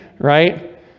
right